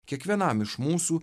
kiekvienam iš mūsų